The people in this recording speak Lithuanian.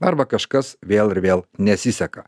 arba kažkas vėl ir vėl nesiseka